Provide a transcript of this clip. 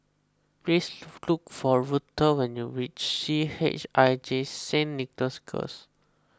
please look for Ruthe when you reach C H I J Saint Nicholas Girls